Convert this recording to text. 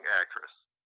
Actress